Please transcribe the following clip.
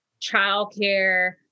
childcare